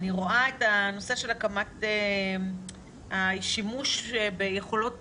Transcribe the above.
אני רואה את הנושא של הקמת השימוש ביכולות